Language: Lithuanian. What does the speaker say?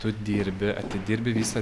tu dirbi atidirbi visą